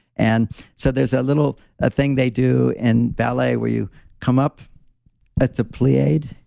and so, there's a little ah thing they do in ballet where you come up at the plied,